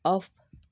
off